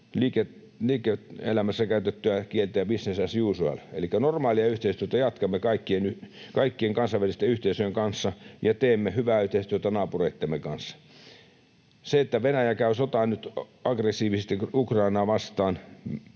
liike-elämän kieltä käyttäen business as usual, elikkä normaalia yhteistyötä jatkamme kaikkien kansainvälisten yhteisöjen kanssa ja teemme hyvää yhteistyötä naapureittemme kanssa. Se, että Venäjä käy sotaa nyt aggressiivisesti Ukrainaa vastaan,